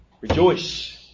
Rejoice